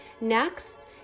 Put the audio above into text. Next